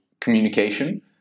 communication